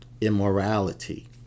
immorality